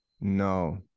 No